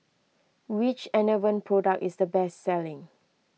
which Enervon product is the best selling